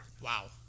Wow